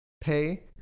pay